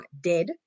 dead